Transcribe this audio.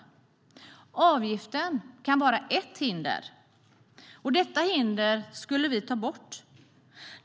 Avgiften kan vara ett hinder, och detta hinder skulle vi ta bort.